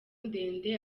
ndende